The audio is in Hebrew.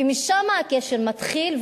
ומשם הקשר מתחיל,